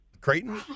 Creighton